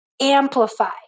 amplify